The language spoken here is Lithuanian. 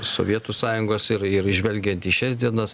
sovietų sąjungos ir ir žvelgiant į šias dienas